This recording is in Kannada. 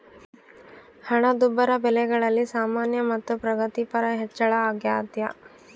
ಹಣದುಬ್ಬರ ಬೆಲೆಗಳಲ್ಲಿ ಸಾಮಾನ್ಯ ಮತ್ತು ಪ್ರಗತಿಪರ ಹೆಚ್ಚಳ ಅಗ್ಯಾದ